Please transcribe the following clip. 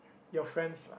your friends lah